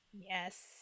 yes